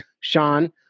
Sean